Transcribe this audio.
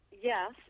yes